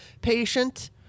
patient